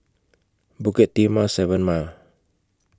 Bukit Timah seven Mile